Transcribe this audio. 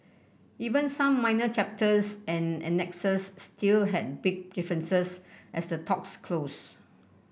even some minor chapters and annexes still had big differences as the talks closed